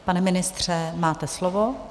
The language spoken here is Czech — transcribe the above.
Pane ministře, máte slovo.